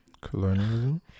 Colonialism